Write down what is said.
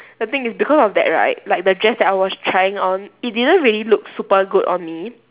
the thing is because of that right like the dress that I was trying on it didn't really look super good on me